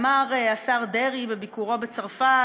אמר השר דרעי בביקורו בצרפת,